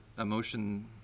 Emotion